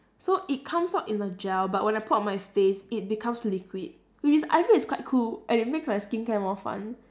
so it comes out in a gel but when I put on my face it becomes liquid which is I feel is quite cool and it makes my skincare more fun